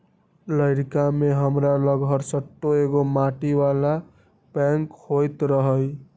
लइरका में हमरा लग हरशठ्ठो एगो माटी बला बैंक होइत रहइ